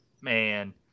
man